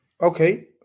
Okay